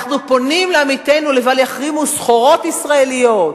אנחנו פונים לעמיתינו לבל יחרימו סחורות ישראליות,